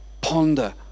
ponder